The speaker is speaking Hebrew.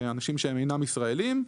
ולאנשים שהם אינם ישראלים.